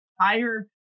higher